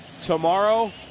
tomorrow